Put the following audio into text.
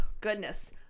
Goodness